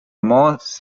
most